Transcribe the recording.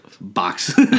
box